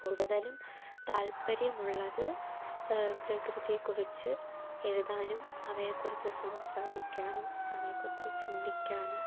കൂടുതലും താല്പര്യമുള്ളത് പ്രകൃതിയെക്കുറിച്ച് എഴുതാനും അവയെക്കുറിച്ച് സംസാരിക്കാനും അവയെക്കുറിച്ച് ചിന്തിക്കാനും